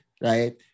Right